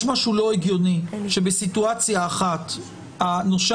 יש משהו לא הגיוני שבסיטואציה אחת הנושה